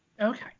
Okay